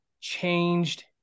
changed